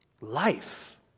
life